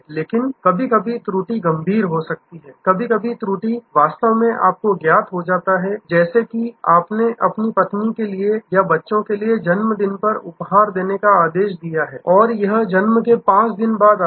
लेकिन कभी कभी त्रुटि गंभीर हो सकती है कभी कभी त्रुटि वास्तव में आपको ज्ञात हो जाता है जैसे कि आपने अपनी पत्नी के लिए या अपने बच्चों के लिए जन्मदिन का उपहार देने का आदेश दिया है और यह जन्म के 5 दिन बाद आता है